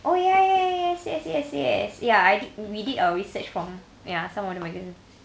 oh ya ya ya ya yes yes yes ya I did we do our research form ya some of the magazine